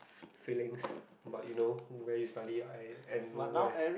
feelings but you know where you study I and where